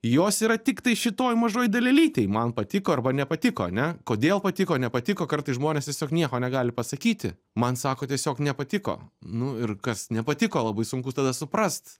jos yra tiktai šitoj mažoj dalelytei man patiko arba nepatiko ane kodėl patiko nepatiko kartais žmonės tiesiog nieko negali pasakyti man sako tiesiog nepatiko nu ir kas nepatiko labai sunkus tada suprast